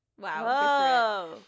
Wow